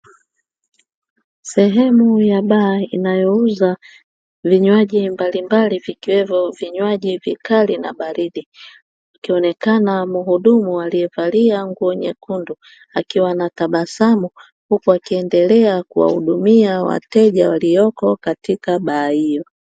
Sehemu ya baa inayouza vinywaji mbalimbali vikiwemo vinywaji vikali na baridi, ikionekana mhudumu aliye valia nguo nyekundu akiwa anatabasamu huku akiendelea kuwahudumia wateja walioko katika baa hiyo.